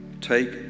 Take